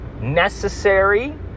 necessary